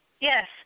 yes